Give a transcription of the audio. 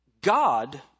God